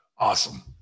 Awesome